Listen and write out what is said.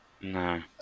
No